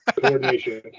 coordination